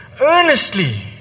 earnestly